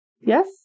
Yes